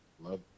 love